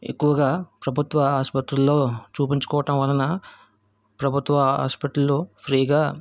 ఎక్కువగా ప్రభుత్వ ఆసుపత్రుల్లో చూపించుకోవటం వలన ప్రభుత్వ హాస్పిటల్లో ఫ్రీగా